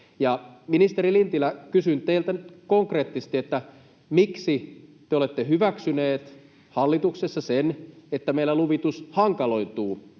Ministeri Lintilä, kysyn teiltä nyt konkreettisesti, miksi te olette hyväksyneet hallituksessa sen, että meillä luvitus hankaloituu